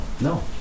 no